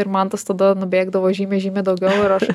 ir mantas tada nubėgdavo žymiai žymiai daugiau ir aš